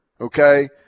Okay